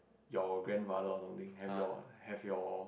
your grandmother or something have your have your